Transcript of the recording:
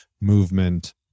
movement